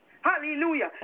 Hallelujah